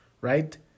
right